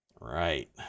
Right